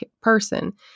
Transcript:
person